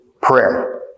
prayer